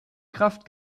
kraft